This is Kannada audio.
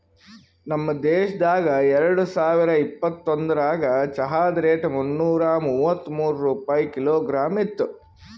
ನಮ್ ದೇಶದಾಗ್ ಎರಡು ಸಾವಿರ ಇಪ್ಪತ್ತೊಂದರಾಗ್ ಚಹಾದ್ ರೇಟ್ ಮುನ್ನೂರಾ ಮೂವತ್ಮೂರು ರೂಪಾಯಿ ಕಿಲೋಗ್ರಾಮ್ ಇತ್ತು